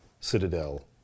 Citadel